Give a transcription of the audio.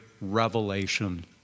revelation